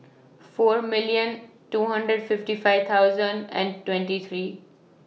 four million two hundred fifty five thousand and twenty three